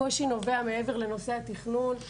הוא נובע מעבר לנושא התכנון,